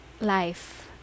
life